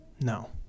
No